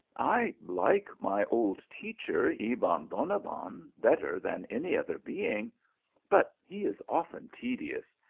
i like my old teacher, ebon bonabbon, better than any other being but he is often tedious,